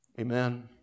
Amen